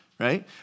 right